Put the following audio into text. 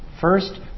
First